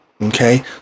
Okay